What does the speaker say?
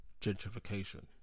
gentrification